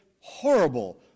horrible